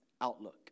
outlook